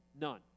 None